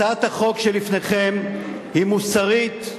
הצעת החוק שלפניכם היא מוסרית,